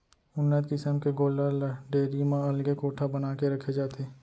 उन्नत किसम के गोल्लर ल डेयरी म अलगे कोठा बना के रखे जाथे